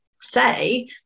say